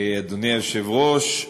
אדוני היושב-ראש,